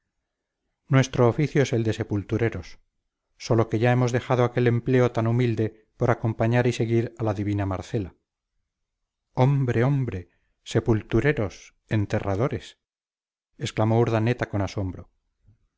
nuestro oficio es el de sepultureros sólo que ya hemos dejado aquel empleo tan humilde por acompañar y seguir a la divina marcela hombre hombre sepultureros enterradores exclamó urdaneta con asombro